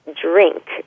drink